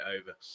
over